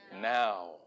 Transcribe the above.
Now